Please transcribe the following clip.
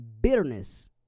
bitterness